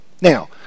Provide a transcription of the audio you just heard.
Now